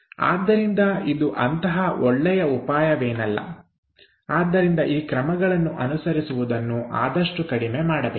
ಆದ್ದರಿಂದ ಇದು ಅಂತಹ ಒಳ್ಳೆಯ ಉಪಾಯವೇನಲ್ಲ ಆದ್ದರಿಂದ ಈ ಕ್ರಮಗಳನ್ನು ಅನುಸರಿಸುವುದನ್ನು ಆದಷ್ಟು ಕಡಿಮೆ ಮಾಡಬೇಕು